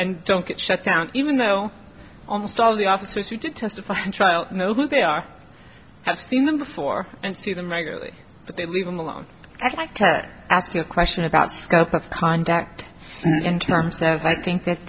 and don't get shut down even though almost all the officers who did testify in trial know who they are have seen them before and see them regularly but they leave them alone i tell ask you a question about scope of conduct in terms of i think that